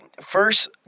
first